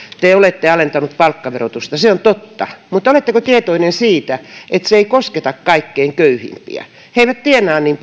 te olette alentanut palkkaverotusta se on totta mutta oletteko tietoinen siitä että se ei kosketa kaikkein köyhimpiä he eivät tienaa niin